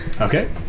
Okay